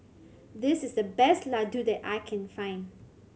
this is the best Ladoo that I can find